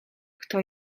kto